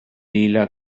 lila